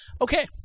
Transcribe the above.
Okay